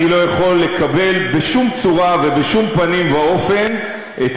אני לא יכול לקבל בשום צורה ובשום פנים ואופן את